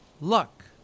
Luck